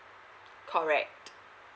correct